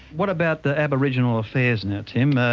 what about the aboriginal affairs now tim? ah